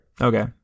Okay